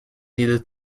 needed